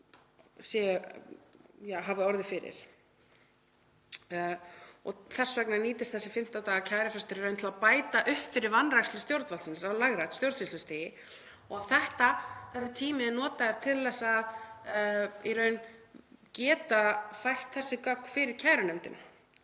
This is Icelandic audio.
Þess vegna nýtist þessi 15 daga kærufrestur í raun til að bæta upp fyrir vanrækslu stjórnvaldsins á lægra stjórnsýslustigi og þessi tími er notaður til að geta fært þessi gögn fyrir kærunefndina.